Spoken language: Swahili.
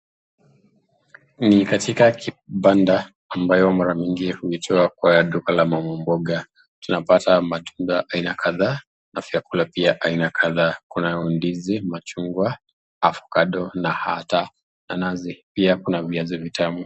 Ni katika kibanda ambapo mara mingi huitwa duka la mama mboga, tunapata matunda ya aina kadhaa na vyakula vya aina kadhaa. Kuna ndizi, machungwa, avocado na hata nanasi, pia kuna viazi tamu.